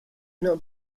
not